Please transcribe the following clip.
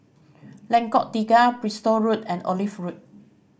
Lengkok Tiga Bristol Road and Olive Road